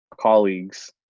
colleagues